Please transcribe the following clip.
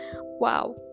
wow